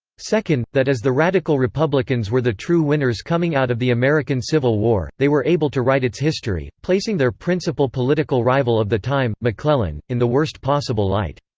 second, that as the radical republicans were the true winners coming out of the american civil war, they were able to write its history, placing their principal political rival of the time, mcclellan, in the worst possible light.